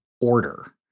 order